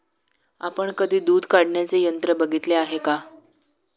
आपण कधी दूध काढण्याचे यंत्र बघितले आहे का?